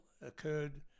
occurred